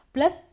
Plus